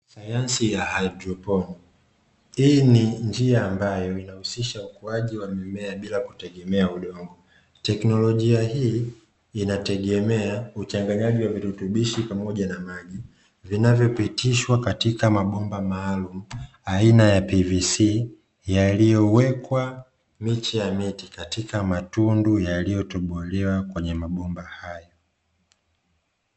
Sayansi ya haidroponi. Hii ni njia ambayo inahusisha ukuaji wa mimea bila kutegemea udongo. Teknolojia hii inategemea uchanganyaji wa virutubishi pamoja na maji, vinavyopitishwa katika mabomba maalumu aina ya "pvc", yaliyowekwa miche ya miti katika matundu yaliyotobolewa kwenye mabomba hayo.